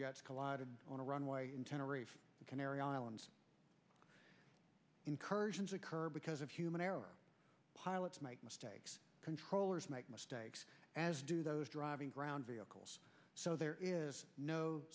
jets collided on a runway the canary islands incursions occur because of human error pilots make mistakes controllers make stakes as do those driving ground vehicles so there is no